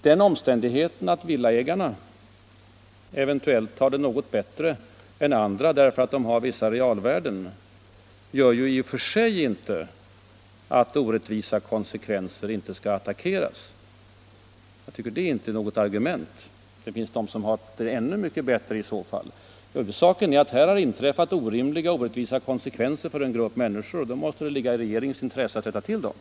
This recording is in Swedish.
Den omständigheten att villaägarna eventuellt har det något bättre än andra, därför att de har vissa realvärden, behöver ju i och för sig inte innebära att orättvisa konsekvenser inte skall rättas till. Jag tycker inte att det är något argument — det finns de som haft det ännu bättre i så fall. Huvudsaken är att det har blivit orimliga och orättvisa följder för en stor grupp människor. Då borde det ligga i regeringens intresse att rätta till saken.